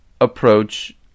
approach